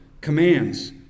commands